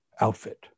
outfit